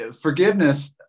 forgiveness